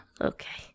okay